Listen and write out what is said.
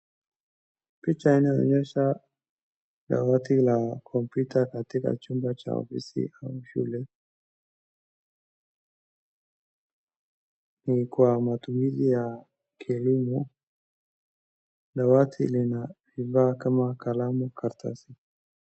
Picha linaloonyesha dawati la computer katika chumba cha ofisi au shule, ni kwa matumizi ya kielimu dawati lina bidhaa kama kalamu, karatasi.